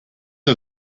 are